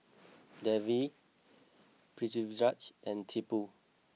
Devi Pritiviraj and Tipu